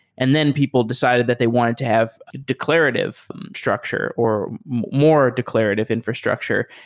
and then people decided that they wanted to have declarative structure or more declarative infrastructure,